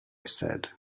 said